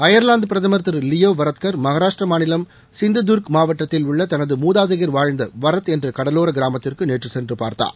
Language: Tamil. அயர்லாந்து பிரதமர் திரு லியோ வரத்கர் மகாராஷ்டிரா மாநிலம் சிந்து துர்க் மாவட்டத்தில் உள்ள தனது மூதாதையர் வாழ்ந்த வரத் என்ற கடலோர கிராமத்திற்கு நேற்று சென்று பார்த்தார்